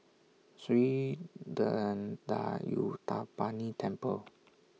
Sri Thendayuthapani Temple